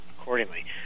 accordingly